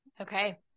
Okay